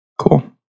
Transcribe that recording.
Cool